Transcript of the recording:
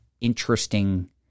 interesting